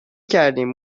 کردیم